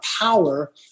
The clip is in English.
power